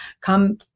Come